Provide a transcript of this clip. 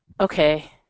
Okay